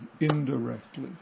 indirectly